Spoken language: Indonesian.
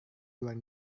luar